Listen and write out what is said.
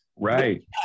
right